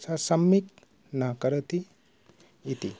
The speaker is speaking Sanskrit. स सम्यक् न करोति इति